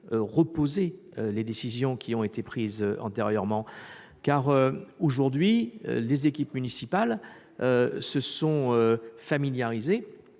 reposer les décisions qui ont été prises antérieurement, car les équipes municipales se sont familiarisées